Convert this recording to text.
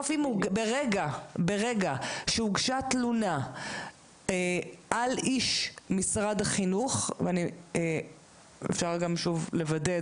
ברגע שהוגשה תלונה על איש משרד החינוך ואפשר גם שוב לוודא את